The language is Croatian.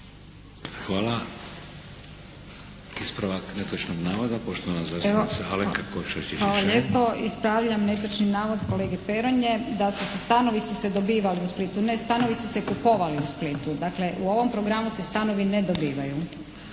lijepo. Ispravljam netočni navod kolege Peronje da su se, stanovi su se dobivali u Splitu. Ne, stanovi su se kupovali u Splitu. Dakle u ovom programu se stanovi ne dobivaju.